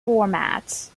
formats